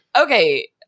Okay